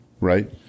right